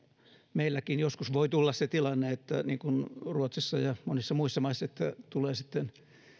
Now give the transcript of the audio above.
meilläkin joskus voi tulla se tilanne niin kuin ruotsissa ja monissa muissa maissa että tulee sitten